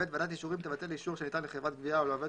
(ב) ועדת אישורים תבטל אישור שניתן לחברת גבייה או לעובד